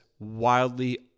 wildly